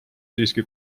siiski